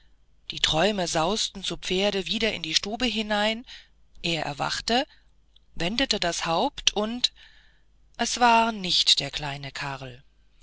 die träume sausten zu pferde wieder in die stube herein er erwachte wendete das haupt und es war nicht der kleine karl